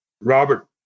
Robert